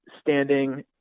standing